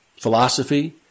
philosophy